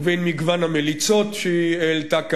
ובין מגוון ההמלצות שהיא העלתה כאן,